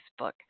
Facebook